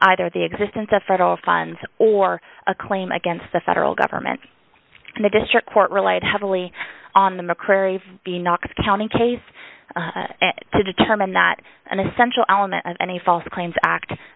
either the existence of federal funds or a claim against the federal government and the district court relied heavily on the mccrary being knox county case to determine that an essential element of any false claims act